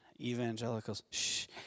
Evangelicals